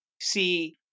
see